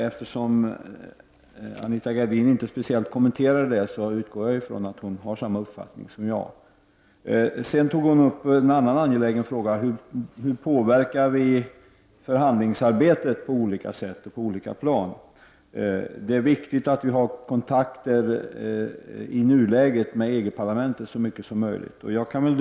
Eftersom Anita Gradin inte speciellt kommenterade detta, utgår jag från att hon har samma uppfattning som jag i denna fråga. Anita Gradin tog också upp en annan angelägen fråga, nämligen hur vi kan påverka förhandlingsarbetet på olika sätt och på olika plan. Det är viktigt att vi i nuläget har så täta kontakter som möjligt med EG-parlamentet.